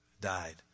died